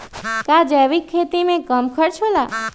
का जैविक खेती में कम खर्च होला?